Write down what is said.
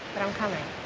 i'm coming.